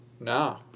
No